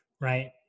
Right